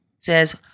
says